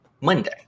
Monday